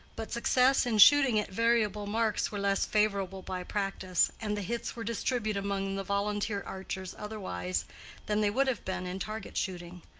but success in shooting at variable marks were less favored by practice, and the hits were distributed among the volunteer archers otherwise than they would have been in target-shooting.